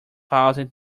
thousand